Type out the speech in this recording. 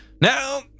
now